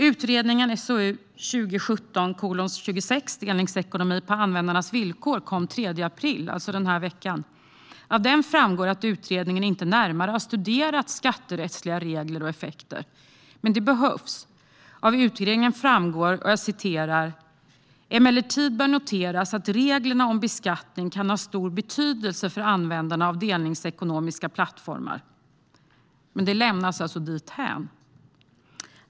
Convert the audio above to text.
Utredningen SOU 2017:26 Delningsekonomi på användarnas villkor kom den 3 april, alltså den här veckan. Av den framgår att utredningen inte närmare har studerat skatterättsliga regler och effekter. Men det behövs. Av utredningen framgår att det "emellertid bör noteras att reglerna om beskattning kan ha stor betydelse för användarna av delningsekonomiska plattformar". Det lämnas dock därhän.